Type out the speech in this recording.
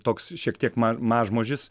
toks šiek tiek man mažmožis